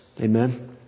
Amen